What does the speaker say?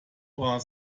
war